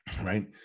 right